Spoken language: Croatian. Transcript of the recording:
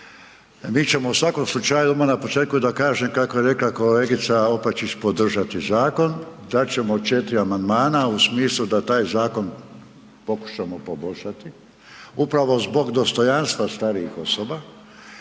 Mi ćemo u svakom slučaju, odmah na početku da kažem, kako je rekla kolegica Opačić podržati zakon, dat ćemo 4 amandmana u smislu da taj zakon pokušamo poboljšati upravo zbog dostojanstva starijih osoba